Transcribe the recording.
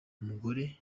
umugore